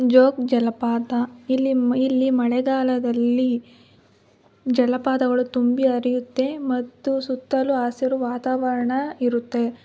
ಜೋಗ ಜಲಪಾತ ಇಲ್ಲಿ ಮ್ ಇಲ್ಲಿ ಮಳೆಗಾಲದಲ್ಲಿ ಜಲಪಾತಗಳು ತುಂಬಿ ಹರಿಯುತ್ತೆ ಮತ್ತು ಸುತ್ತಲೂ ಹಸಿರು ವಾತಾವರಣ ಇರುತ್ತೆ